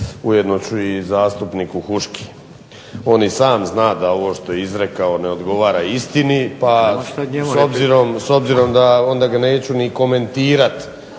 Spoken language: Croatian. ujedno ću i zastupniku Huški. On i sam zna da ovo što je izrekao ne odgovara istini s obzirom onda ga neću ni komentirati,